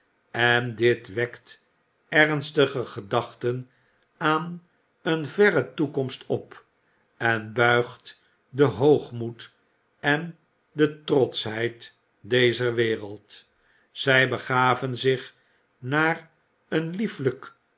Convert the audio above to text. en dit wekt ernstige gedachten aan een verre toekomst op en buigt den hoogmoed en de trotschheid dezer wereld zij begaven zich naar een liefelijk